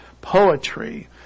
poetry